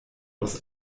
aus